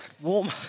warm